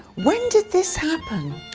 when did this happen?